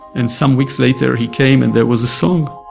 and some weeks later he came and there was a song